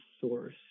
source